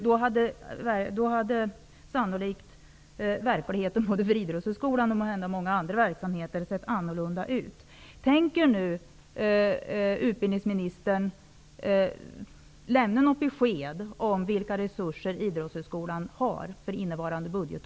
Då skulle verkligheten både för Idrottshögskolan och måhända många andra verksamheter sannolikt ha sett annorlunda ut.